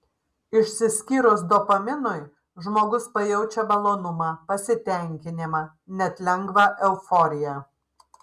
išsiskyrus dopaminui žmogus pajaučia malonumą pasitenkinimą net lengvą euforiją